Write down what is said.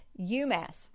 UMass